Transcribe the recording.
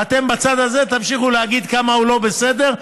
ואתם בצד הזה תמשיכו להגיד כמה הוא לא בסדר,